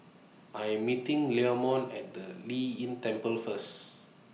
I Am meeting Leamon At The Lei Yin Temple First